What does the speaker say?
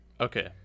Okay